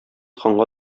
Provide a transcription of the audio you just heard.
ханга